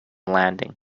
landing